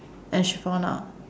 and she found out